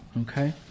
Okay